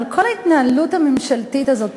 אבל כל ההתנהלות הממשלתית הזאת,